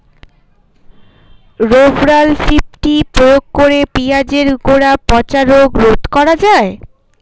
Rovral fifty প্রয়োগ করে পেঁয়াজের গোড়া পচা রোগ রোধ করা যায়?